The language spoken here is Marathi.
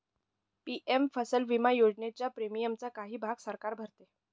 पी.एम फसल विमा योजनेच्या प्रीमियमचा काही भाग सरकार भरते